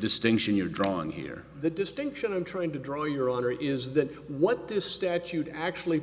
distinction you're drawing here the distinction i'm trying to draw your honor is that what this statute actually